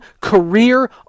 career